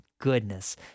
goodness